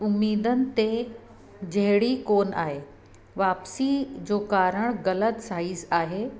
उमेदनि ते जहिड़ी कोन आहे वापसी जो कारणु ग़लति साइज़ आहे